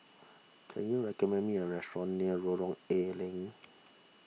can you recommend me a restaurant near Lorong A Leng